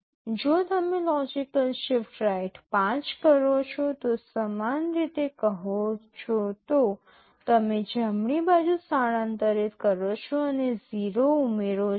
જો તમે logical shift right 5 કરો છો તો સમાન રીતે કહો છો તો તમે જમણી બાજુ સ્થાનાંતરિત કરો છો અને 0 ઉમેરો છો